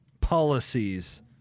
policies